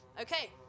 Okay